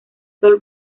sol